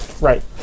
Right